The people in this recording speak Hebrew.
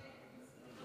כן.